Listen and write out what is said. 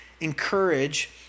encourage